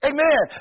Amen